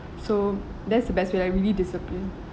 so that's the best way like really discipline